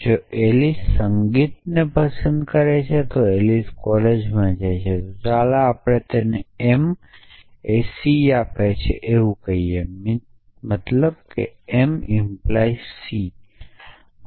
જો એલિસ સંગીતને પસંદ કરે છે તો એલિસ કોલેજમાં જાય છે તો ચાલો આપણે તેને m એ c આપે છે m 🡪 c કહીએ